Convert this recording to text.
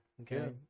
Okay